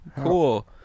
cool